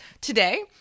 today